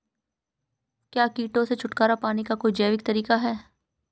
क्या कीटों से छुटकारा पाने का कोई जैविक तरीका है?